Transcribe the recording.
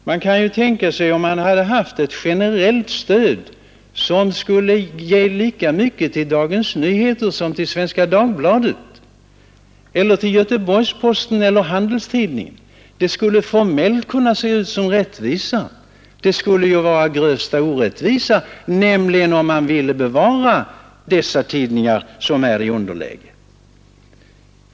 Vi kan tänka oss hur det skulle vara om man hade haft ett generellt stöd, som skulle ge lika mycket till Dagens Nyheter som till Svenska Dagbladet, till Göteborgs-Posten som till Handelstidningen. Det skulle formellt kunna se ut som rättvisa, men det skulle vara grövsta orättvisa, om man nämligen ville bevara dessa tidningar som är i underläge.